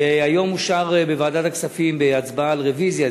היום אושרה בוועדת הכספים בהצבעה על רוויזיה,